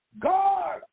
God